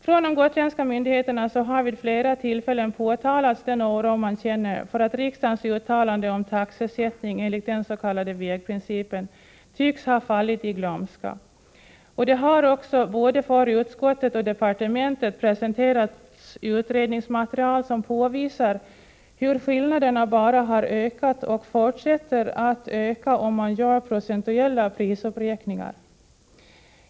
Från de gotländska myndigheterna har vid flera tillfällen påtalats den oro man känner för att riksdagens uttalande om taxesättning enligt den s.k. vägprincipen tycks ha fallit i glömska, och det har också både för utskottet och departementet presenterats utredningsmaterial som påvisar hur skillnaderna bara har ökat och fortsätter att öka om man gör procentuella prisuppräkningar.